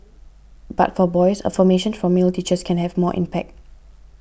but for boys affirmation from male teachers can have more impact